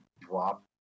drop